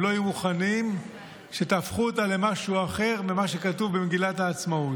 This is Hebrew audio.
הם לא יהיו מוכנים שתהפכו אותה למשהו אחר ממה שכתוב במגילת העצמאות.